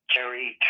Jerry